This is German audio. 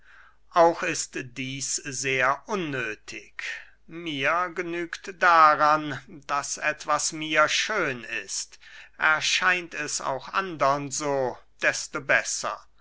auch ist dieß sehr unnöthig mir genügt daran daß etwas mir schön ist erscheint es auch andern so desto besser